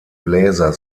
bläser